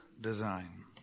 design